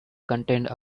contained